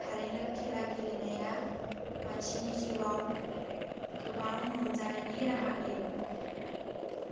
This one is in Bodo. थारैनो खेला गेलेनाया मानसिनि जिउआव गोबां रंजानायनि राहा होयो